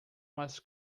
was